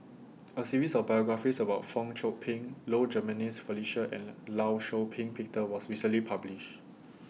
A series of biographies about Fong Chong Pik Low Jimenez Felicia and law Shau Ping Peter was recently published